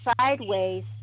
sideways